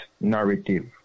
narrative